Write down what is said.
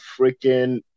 freaking –